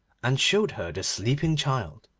and showed her the sleeping child.